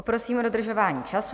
Poprosím o dodržování času.